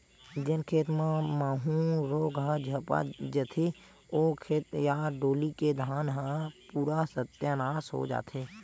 जेन खेत मन म माहूँ रोग ह झपा जथे, ओ खेत या डोली के धान ह पूरा सत्यानास हो जथे